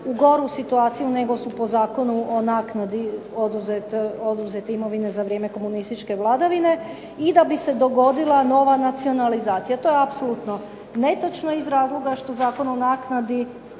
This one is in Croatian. u goru situaciju nego su po Zakonu o naknadi oduzete imovine za vrijeme komunističke vladavine i da bi se dogodila nova nacionalizacija. To je apsolutno netočno iz razloga što Zakon o naknadi